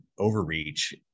overreach